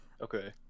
Okay